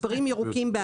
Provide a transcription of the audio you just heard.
מספרים ירוקים בהנחה.